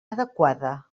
adequada